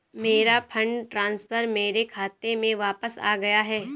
मेरा fund transfer मेरे खाते में वापस आ गया है